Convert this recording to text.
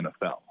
NFL